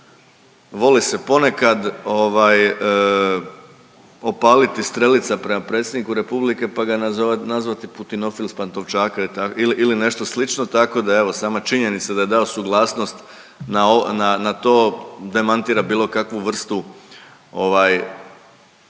voli se ponekad opaliti strelica prema predsjedniku Republike pa ga nazvati putinofil s Pantovčaka ili nešto slično, tako da evo sama činjenica da je dao suglasnost na to demantira bilo kakvu vrstu te